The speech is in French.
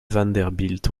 vanderbilt